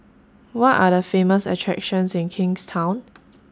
Which Are The Famous attractions in Kingstown